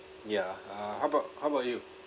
ya uh how about how about you